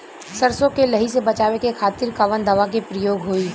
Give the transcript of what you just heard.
सरसो के लही से बचावे के खातिर कवन दवा के प्रयोग होई?